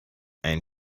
ein